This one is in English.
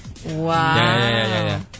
Wow